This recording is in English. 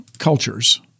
cultures